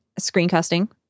screencasting